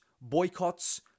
boycotts